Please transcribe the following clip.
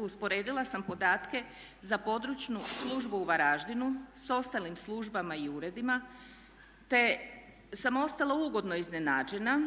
usporedila sam podatke za područnu službu u Varaždinu s ostalim službama i uredima te sam ostala ugodno iznenađena